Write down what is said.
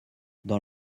dans